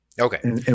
Okay